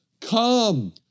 Come